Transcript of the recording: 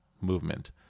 movement